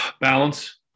balance